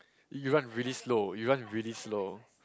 you run really slow you run really slow